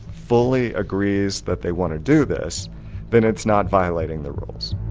fully agrees that they want to do this then it's not violating the rules.